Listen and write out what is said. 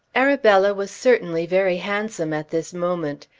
arabella was certainly very handsome at this moment.